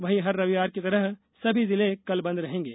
वहीं हर रविवार की तरह सभी जिले कल बंद रहेंगे